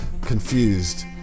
confused